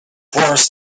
boris